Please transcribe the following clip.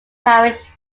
parish